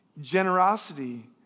generosity